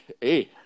Hey